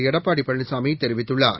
எடப்பாடிபழனிசாமிதெரிவித்துள்ளார்